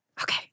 Okay